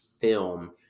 film